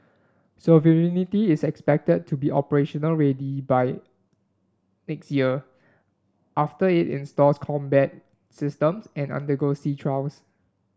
sovereignty is expected to be operationally ready by next year after it installs combat systems and undergoes sea trials